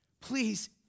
Please